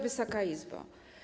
Wysoka Izbo!